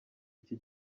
iki